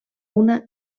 una